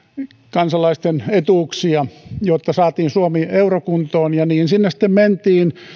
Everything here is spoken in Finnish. kansalaisten etuuksia jotta saatiin suomi eurokuntoon ja niin sinne sitten mentiin